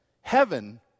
heaven